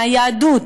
מהיהדות,